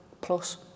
plus